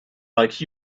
like